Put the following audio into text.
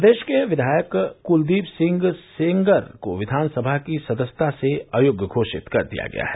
प्रदेश के विधायक कुलदीप सिंह सेंगर को विधानसभा की सदस्यता से अयोग्य घोषित कर दिया गया है